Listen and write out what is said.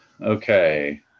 okay